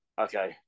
okay